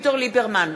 אביגדור ליברמן,